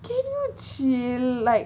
can you chill like